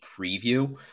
preview